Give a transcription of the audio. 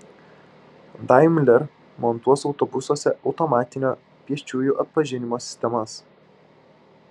daimler montuos autobusuose automatinio pėsčiųjų atpažinimo sistemas